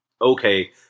Okay